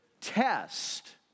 test